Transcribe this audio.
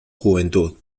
juventud